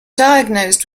diagnosed